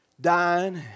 dying